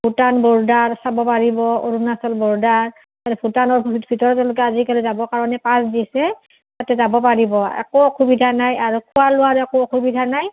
Bhutan border চাব পাৰিব Arunachal border ভূটানৰ ভিতৰত তেওঁলোকে আজিকালি যাবৰ কাৰণে পাছ দিছে তাতে যাব পাৰিব একো অসুবিধা নাই আৰু খোৱা লোৱাৰ একো অসুবিধা নাই